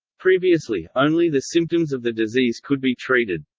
previously, only the symptoms of the disease could be treated.